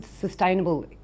sustainable